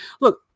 look